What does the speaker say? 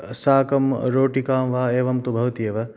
साकं रोटिकां वा एवन्तु भवति एव